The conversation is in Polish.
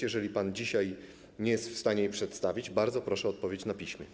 Jeżeli pan dzisiaj nie jest w stanie jej przedstawić, bardzo proszę o odpowiedź na piśmie.